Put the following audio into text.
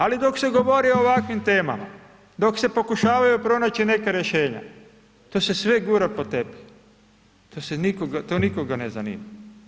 Ali dok se govori o ovakvim temama, dok se pokušavaju pronaći neka rješenja, to se sve gura pod tepih, to nikoga ne zanima.